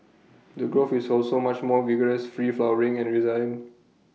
the growth is also much more vigorous free flowering and resilient